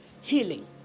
healing